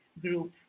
group